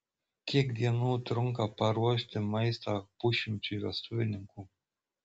kiek dienų trunka paruošti maistą pusšimčiui vestuvininkų